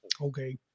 Okay